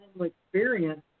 experience